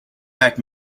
back